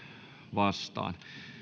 vastaan